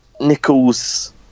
Nichols